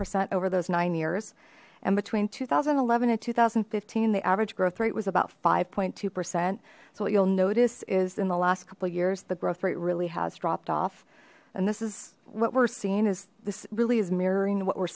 percent over those nine years and between two thousand and eleven and two thousand and fifteen the average growth rate was about five point two percent so what you'll notice is in the last couple of years the growth rate really has dropped off and this is what we're seeing is this really is mirroring what we're